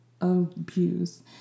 abuse